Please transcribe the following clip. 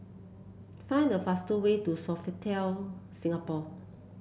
find the fastest way to Sofitel Singapore